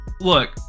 look